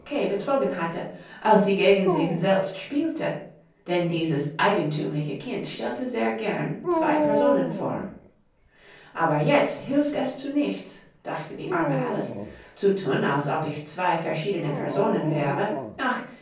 betrogen hatte als sie gegen sich selbst spielte denn dieses eigenthümliche kind stellte sehr gern zwei personen vor aber jetzt hilft es zu nichts dachte die arme alice zu thun als ob ich zwei verschiedene personen wäre ach